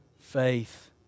faith